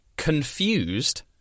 Confused